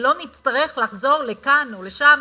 ולא נצטרך לחזור לכאן או לשם,